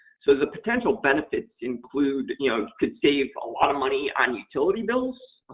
so, the potential benefits include you know to save a lot of money on utility bills.